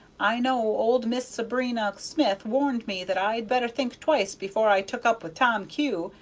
i know old miss sabrina smith warned me that i'd better think twice before i took up with tom kew,